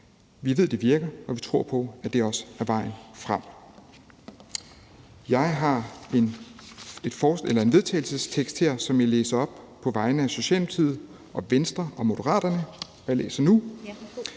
Vi ved, det virker, og vi tror på, at det også er vejen frem. Jeg har en vedtagelsestekst her, som jeg læser op på vegne af Socialdemokratiet, Venstre og Moderaterne. Jeg læser nu: